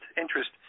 interest